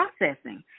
processing